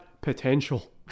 potential